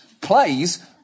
plays